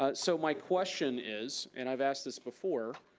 ah so my question is, and i've asked this before.